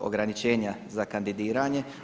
ograničenje za kandidiranje.